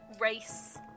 race